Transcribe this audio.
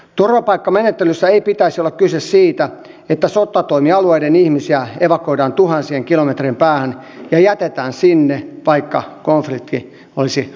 turvapaikkamenettelyssä ei pitäisi olla kyse siitä että sotatoimialueiden ihmisiä evakuoidaan tuhansien kilometrien päähän ja jätetään sinne vaikka konflikti olisi ratkennut